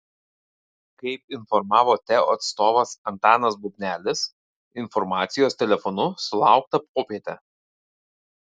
kaip informavo teo atstovas antanas bubnelis informacijos telefonu sulaukta popietę